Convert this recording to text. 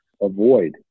avoid